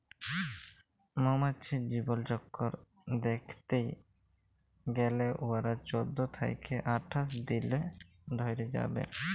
মমাছির জীবলচক্কর দ্যাইখতে গ্যালে উয়ারা চোদ্দ থ্যাইকে আঠাশ দিল ধইরে বাঁচে